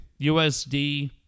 USD